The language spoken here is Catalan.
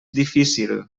difícil